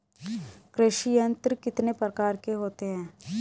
कृषि यंत्र कितने प्रकार के होते हैं?